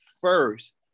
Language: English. first